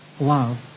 love